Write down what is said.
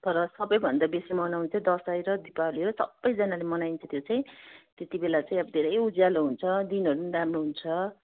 तर सबैभन्दा बेसी मनाउनु चाहिँ दसैँ र दीपावली हो सबैजनाले मनाइन्छ त्यो चाहिँ तेतिबेला चाहिँ अब धेरै उज्यालो हुन्छ दिनहरूम् राम्रो हुन्छ